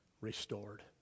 restored